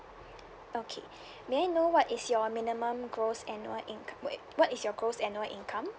okay may I know what is your minimum gross annual income wait wait what is your gross annual income